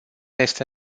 este